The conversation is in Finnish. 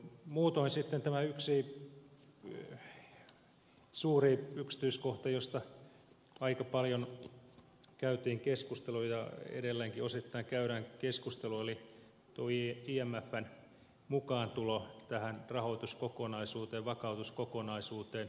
muutoin sitten tämä yksi suuri yksityiskohta josta aika paljon käytiin keskustelua ja edelleenkin osittain käydään keskustelua eli tuo imfn mukaantulo tähän rahoituskokonaisuuteen vakautuskokonaisuuteen